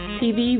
tv